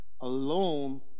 alone